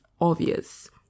obvious